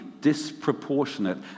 disproportionate